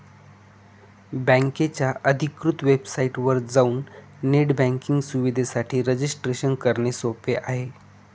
बकेच्या अधिकृत वेबसाइटवर जाऊन नेट बँकिंग सुविधेसाठी रजिस्ट्रेशन करणे सोपे आहे